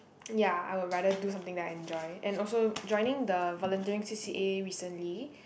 ya I would rather do something that I enjoy and also joining the volunteering C_C_A recently